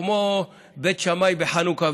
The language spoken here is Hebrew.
כמו בית שמאי בחנוכה,